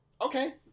Okay